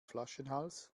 flaschenhals